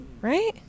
right